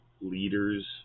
leaders